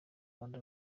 rwanda